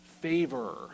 favor